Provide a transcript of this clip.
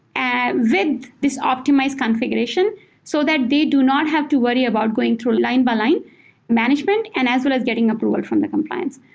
and with this optimized configuration so that they do not have to worry about going to line by line management and as well as getting approval from the compliance.